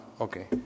Okay